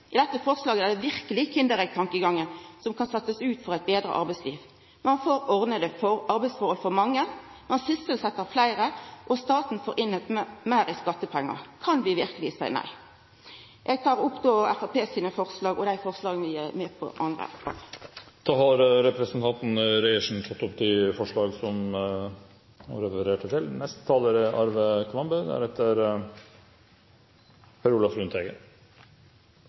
dette forslaget er det verkeleg kindereggtankegangen som kan setjast ut for eit betre arbeidsliv. Ein får ordna arbeidsforhold for mange. Ein sysselset fleire, og staten får inn meir i skattepengar. Kan vi verkeleg seia nei? Eg tek då opp Framstegspartiet sine forslag og dei forslaga vi er med på saman med andre. Representanten Laila Marie Reiertsen har tatt opp de forslagene hun refererte til. I Norge er